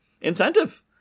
incentive